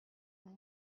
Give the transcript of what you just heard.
vous